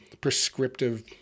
prescriptive